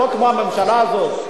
לא כמו הממשלה הזאת,